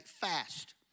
fast